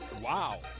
Wow